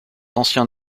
ancien